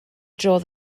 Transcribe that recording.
draw